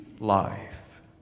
Life